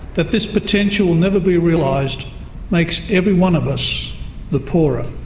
that this potential will never be realised makes every one of us the poorer.